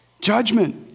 Judgment